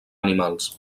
animals